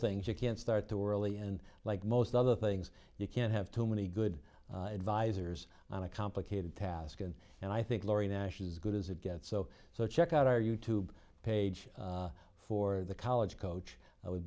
things you can start to worley and like most other things you can't have too many good advisers on a complicated task and and i think lori nash is good as it gets so so check out our you tube page for the college coach i would